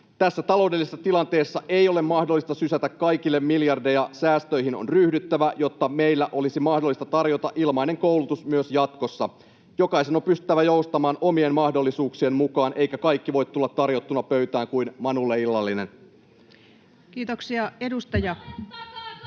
Tässä taloudellisessa tilanteessa ei ole mahdollista sysätä kaikille miljardeja. Säästöihin on ryhdyttävä, jotta meillä olisi mahdollista tarjota ilmainen koulutus myös jatkossa. Jokaisen on pystyttävä joustamaan omien mahdollisuuksien mukaan, eikä kaikki voi tulla tarjottuna pöytään kuin manulle illallinen. Kiitoksia. Arvoisa